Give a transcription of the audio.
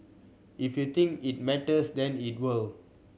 if you think it matters then it will